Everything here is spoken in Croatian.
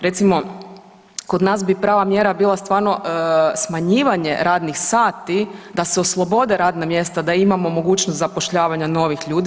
Recimo kod nas bi prava mjera bila stvarno smanjivanje radnih sati, da se oslobode radna mjesta, da imamo mogućnost zapošljavanja novih ljudi.